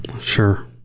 sure